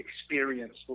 experience